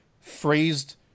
phrased